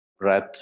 breath